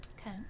Okay